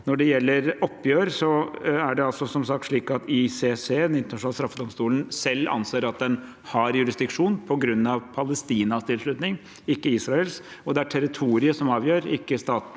Når det gjelder oppgjør, er det som sagt slik at ICC, Den internasjonale straffedomstolen, selv anser at den har jurisdiksjon på grunn av Palestinas tilslutning, ikke Israels, og det er territoriet som avgjør, ikke aktøren.